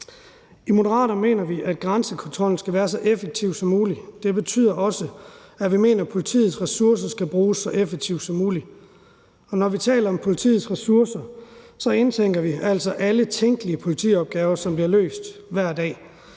I Moderaterne mener vi, at grænsekontrollen skal være så effektiv som muligt. Det betyder også, at vi mener, at politiets ressourcer skal bruges så effektivt som muligt, og når vi taler om politiets ressourcer, indtænker vi altså alle tænkelige politiopgaver, som bliver løst hver dag